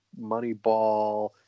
Moneyball